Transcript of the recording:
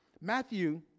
Matthew